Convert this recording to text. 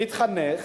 להתחנך,